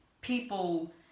people